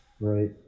Right